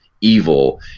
evil